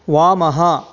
वामः